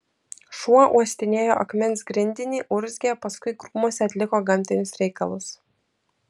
šuo uostinėjo akmens grindinį urzgė paskui krūmuose atliko gamtinius reikalus